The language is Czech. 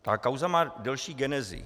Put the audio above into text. Ta kauza má delší genezi.